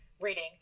reading